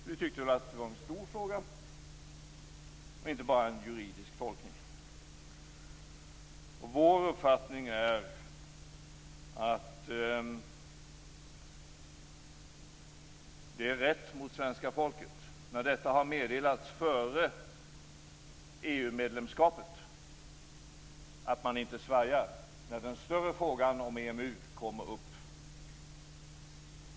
Vi tyckte att det var en stor fråga och inte bara en juridisk tolkning. Vår uppfattning är att det är rätt mot svenska folket, när detta har meddelats före EU-medlemskapet, att vi inte svajar när den större frågan om EMU kommer upp.